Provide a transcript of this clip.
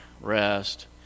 rest